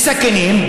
בסכינים,